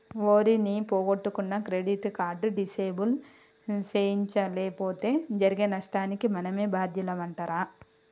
ఓరి నీ పొగొట్టుకున్న క్రెడిట్ కార్డు డిసేబుల్ సేయించలేపోతే జరిగే నష్టానికి మనమే బాద్యులమంటరా